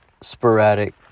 sporadic